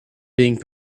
being